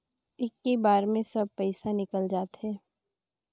इक्की बार मे सब पइसा निकल जाते?